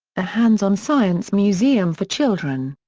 a hands on science museum for children.